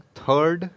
third